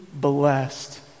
blessed